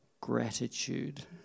gratitude